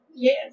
Yes